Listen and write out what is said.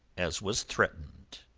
as was threatened.